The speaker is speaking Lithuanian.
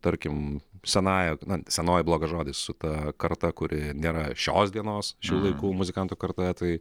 tarkim senąja na senoji blogas žodis su ta karta kuri gera šios dienos šių laikų muzikantų karta tai